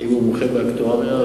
אם הוא מומחה באקטואריה.